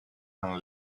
and